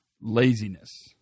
laziness